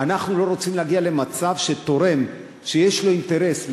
אנחנו לא רוצים להגיע למצב שתורם שיש לו אינטרס,